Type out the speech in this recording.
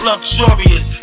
Luxurious